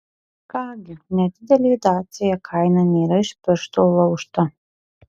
ką gi nedidelė dacia kaina nėra iš piršto laužta